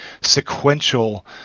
sequential